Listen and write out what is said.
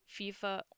FIFA